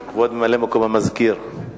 כבוד המזכיר,